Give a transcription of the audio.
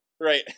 Right